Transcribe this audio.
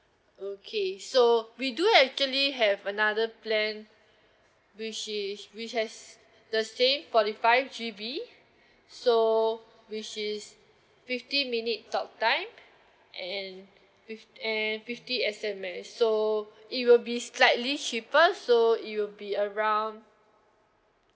okay so we do actually have another plan which is which has the same forty five G_B so which is fifteen minute talk time and fif~ and fifty S_M_S so it will be slightly cheaper so it will be around